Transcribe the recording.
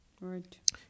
Right